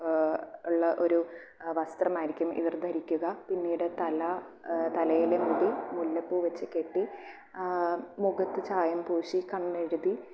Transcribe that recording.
ഉള്ള ഒരു വസ്ത്രമായിരിക്കും ഇവർ ധരിക്കുക പിന്നീട് തല തലയിലെ മുടി മുല്ലപ്പൂ വച്ച് കെട്ടി മുഖത്ത് ചായം പൂശി കണ്ണെഴുതി